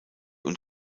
und